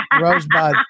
Rosebud